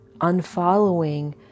unfollowing